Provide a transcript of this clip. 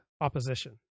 opposition